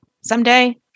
someday